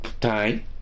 time